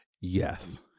Yes